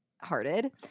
hearted